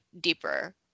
deeper